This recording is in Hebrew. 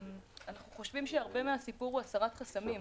אנחנו חושבים שהרבה מהסיפור הוא הסרת חסמים.